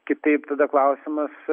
kitaip tada klausimas